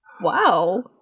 Wow